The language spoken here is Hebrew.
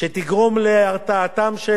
שתגרום להרתעתם של